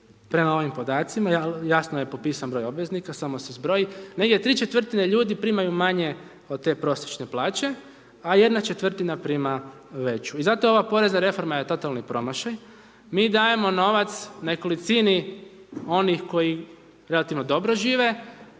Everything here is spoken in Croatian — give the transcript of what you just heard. prema ovim podacima jasno je popisan broj obveznika samo se zbroji, negdje tri četvrtine ljudi primaju manje od te prosječne plaće a jedna četvrtina prima veću. I zato ova porezna reforma je totalni promašaj, mi dajemo novac nekolicini onih koji relativno dobro žive